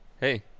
Hey